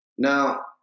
Now